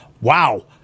Wow